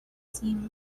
seem